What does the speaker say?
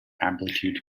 amplitude